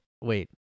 wait